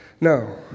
No